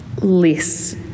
less